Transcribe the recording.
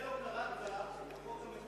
כנראה לא קראת את החוק המקורי.